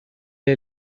est